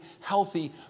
healthy